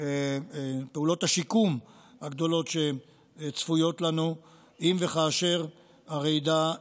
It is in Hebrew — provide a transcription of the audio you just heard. פעולות השיקום הגדולות שצפויות לנו אם וכאשר הרעידה תגיע.